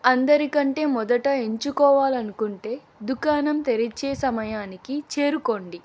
అందరికంటే మొదట ఎంచుకోవాలనుకుంటే దుకాణం తెరిచే సమయానికి చేరుకోండి